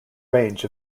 range